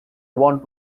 want